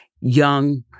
young